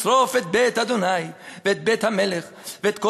וישרֹף את בית ה' ואת בית המלך ואת כל